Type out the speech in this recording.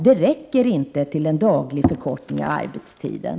Det räcker inte till en daglig förkortning av arbetstiden.